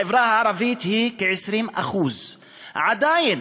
שיעור החברה הערבית הוא כ-20%; עדיין